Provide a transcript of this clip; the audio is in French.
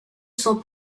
son